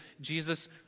Jesus